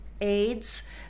aids